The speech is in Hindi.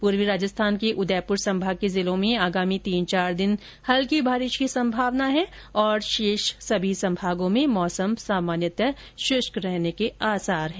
पूर्वी राजस्थान के उदयपुर संभाग के जिलों में आगामी तीन चार दिन हल्की बारिश की संभावना है तथा शेष सभी संभागों में मौसम सामान्यतया शुष्क रहने के आसार हैं